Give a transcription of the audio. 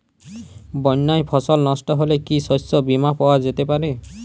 বন্যায় ফসল নস্ট হলে কি শস্য বীমা পাওয়া যেতে পারে?